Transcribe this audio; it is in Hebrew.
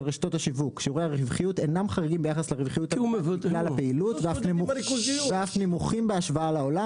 רשתות השיווק בכלל הפעילות ואף נמוכים בהשוואה לעולם,